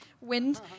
Wind